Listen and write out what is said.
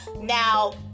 Now